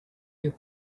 you